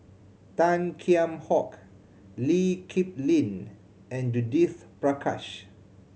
Tan Kheam Hock Lee Kip Lin and Judith Prakash